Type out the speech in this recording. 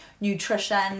nutrition